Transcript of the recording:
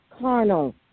carnal